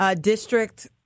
district